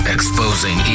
Exposing